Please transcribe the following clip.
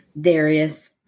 Darius